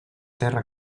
terra